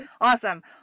Awesome